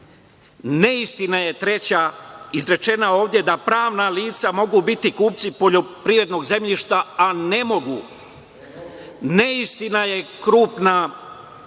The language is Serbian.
Neistina je treća izrečena ovde da pravna lica mogu biti kupci poljoprivrednog zemljišta, a ne mogu. Neistina je krupna